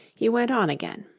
he went on again